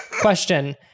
Question